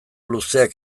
luzeak